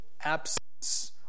absence